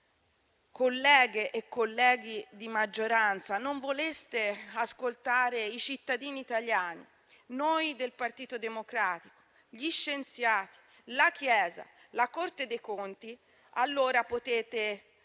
le colleghe e i colleghi di maggioranza non volessero ascoltare i cittadini italiani, noi del Partito Democratico, gli scienziati, la Chiesa, la Corte dei conti, allora possono